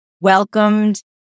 welcomed